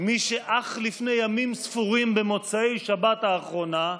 מי שאך לפני ימים ספורים, במוצאי שבת האחרונה,